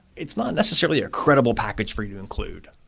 it's not necessarily a credible package for you to include.